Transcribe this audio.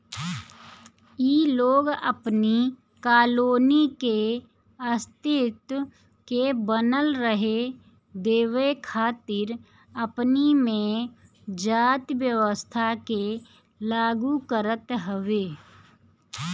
इ लोग अपनी कॉलोनी के अस्तित्व के बनल रहे देवे खातिर अपनी में जाति व्यवस्था के लागू करत हवे